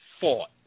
fought